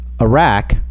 Iraq